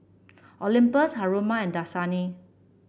Olympus Haruma and Dasani